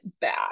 back